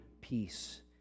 peace